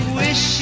wish